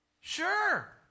Sure